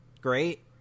Great